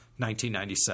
1997